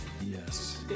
yes